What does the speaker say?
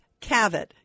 Cavett